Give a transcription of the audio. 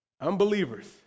unbelievers